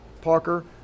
Parker